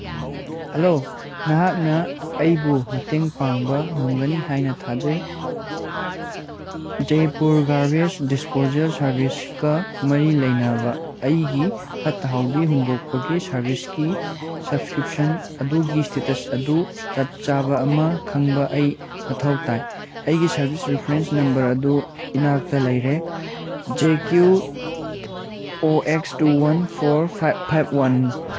hello ꯅꯍꯥꯛꯅ ꯑꯩꯕꯨ ꯃꯇꯦꯡ ꯄꯥꯡꯕ ꯉꯝꯒꯅꯤ ꯍꯥꯏꯅ ꯊꯥꯖꯩ ꯖꯩꯄꯨꯔ ꯒꯥꯔꯕꯦꯖ ꯗꯤꯁꯄꯣꯖꯦꯜ ꯁꯥꯔꯚꯤꯁꯀ ꯃꯔꯤ ꯂꯩꯅꯕ ꯑꯩꯒꯤ ꯐꯠꯇ ꯍꯥꯎꯗꯤ ꯍꯨꯟꯗꯣꯛꯄꯒꯤ ꯁꯔꯚꯤꯁꯀꯤ ꯁꯞꯁꯀ꯭ꯔꯤꯞꯁꯟ ꯑꯗꯨꯒꯤ ꯏꯁꯇꯦꯇꯁ ꯑꯗꯨ ꯆꯞ ꯆꯥꯕ ꯑꯃ ꯈꯪꯕ ꯑꯩ ꯃꯊꯧ ꯇꯥꯏ ꯑꯩꯒꯤ ꯁꯔꯚꯤꯁ ꯔꯤꯐ꯭ꯔꯦꯟꯁ ꯅꯝꯕꯔ ꯑꯗꯨ ꯏꯅꯥꯛꯇ ꯂꯩꯔꯦ J Q O X two one four five five one